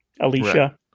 Alicia